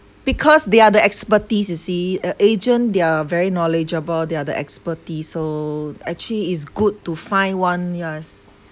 because they are the expertise you see uh agent they are very knowledgeable they are the expertise so actually it's good to find one yes